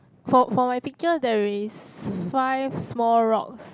for for my picture there is five small rocks